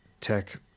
tech